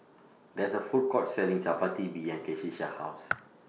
There IS A Food Court Selling Chapati behind Keshia's House